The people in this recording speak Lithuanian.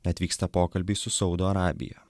net vyksta pokalbiai su saudo arabija